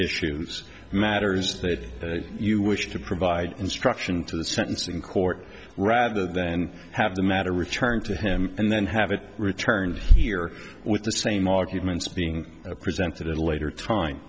issues matters that you wish to provide instruction to the sentencing court rather than have the matter returned to him and then have it returned here with the same arguments being presented at a later